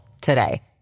today